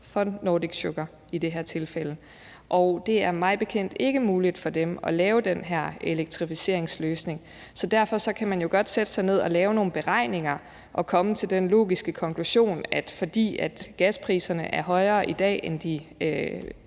for Nordic Sugar, og det er mig bekendt ikke muligt for dem at lave den her elektrificeringsløsning. Så derfor kan man jo godt sætte sig ned og lave nogle beregninger og komme til den logiske konklusion, at det, fordi gaspriserne er højere i dag, end de